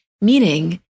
Meaning